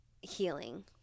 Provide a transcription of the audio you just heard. healing